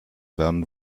werden